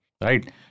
right